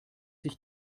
sich